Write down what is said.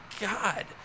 God